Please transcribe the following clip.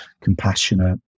compassionate